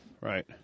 Right